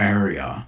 area